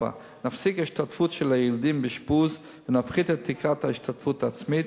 4. נפסיק את ההשתתפות של הילדים באשפוז ונפחית את תקרת ההשתתפות העצמית,